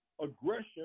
aggression